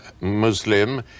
Muslim